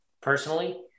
personally